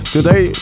Today